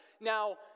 Now